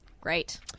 Great